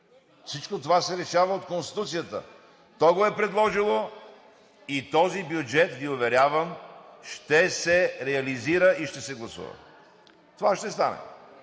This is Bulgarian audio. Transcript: всичко това се решава от Конституцията. То го е предложило и този бюджет Ви уверявам, ще се реализира и ще се гласува. Това ще стане.